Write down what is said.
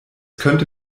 könnte